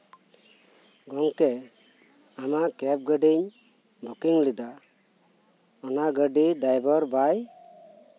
ᱜᱚᱝᱠᱮ ᱟᱢᱟᱜ ᱠᱮᱵᱽ ᱜᱟᱹᱰᱤᱧ ᱵᱩᱠᱤᱝ ᱞᱮᱫᱟ ᱚᱱᱟ ᱜᱟᱹᱰᱤ ᱰᱨᱟᱭᱵᱷᱟᱨ ᱵᱟᱭ